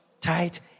tight